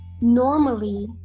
normally